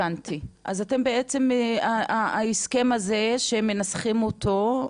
הבנתי, אז ההסכם הזה, הסכם הבריאות שמנסחים אותו,